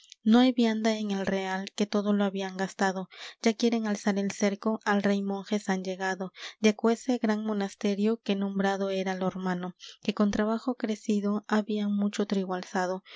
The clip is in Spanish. no hay vianda en el real que todo lo habían gastado ya quieren alzar el cerco al rey monjes han llegado de aquese gran monasterio que nombrado era lormano que con trabajo crecido habían mucho